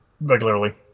regularly